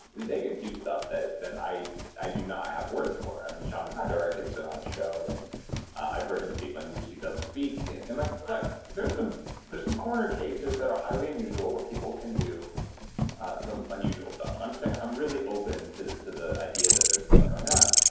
they can do stuff that that i i do not have words for. i mean, shaman durek has been on the show, and i've heard him speak languages he doesn't speak. and and like like there's some there's some corner cases that are highly unusual where people can do some unusual stuff. so i'm just saying, i'm really open to to the idea that there's stuff going on,